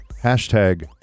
Hashtag